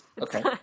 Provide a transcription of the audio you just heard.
Okay